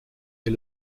est